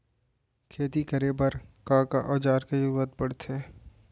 खेती करे बर का का औज़ार के जरूरत पढ़थे?